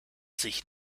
sich